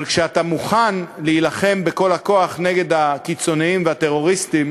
כי כשאתה מוכן להילחם בכל הכוח נגד הקיצונים והטרוריסטים